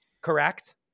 Correct